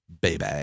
baby